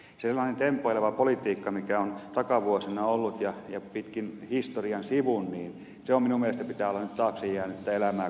sellaisen tempoilevan politiikan mikä on takavuosina ollut ja pitkin historian sivun minun mielestäni pitää olla nyt taakse jäänyttä elämää